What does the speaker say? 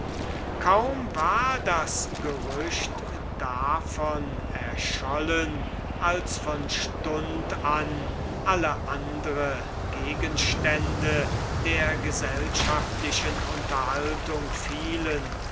kaum war das gerüchte davon erschollen als von stund an alle andre gegenstände der gesellschaftlichen unterhaltung fielen